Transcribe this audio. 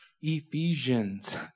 Ephesians